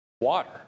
Water